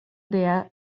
det